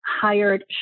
hired